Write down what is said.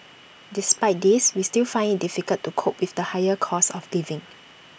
despite this we still find IT difficult to cope with the higher cost of living